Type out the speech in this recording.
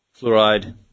fluoride